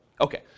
Okay